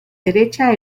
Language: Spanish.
derecha